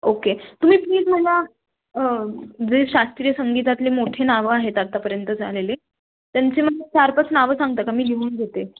okay तुम्ही please मला जे शास्त्रीय संगीतातले मोठी नावं आहेत आत्तापर्यंत झालेली त्यांचे मला चार पाच नावं सांगता का मी लिहून घेते